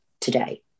today